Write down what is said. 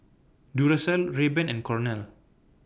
Duracell Rayban and Cornell